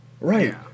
right